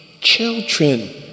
children